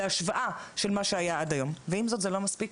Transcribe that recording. להשוואה של מה שהיה עד היום ועם זאת זה לא מספיק.